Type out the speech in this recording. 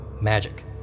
magic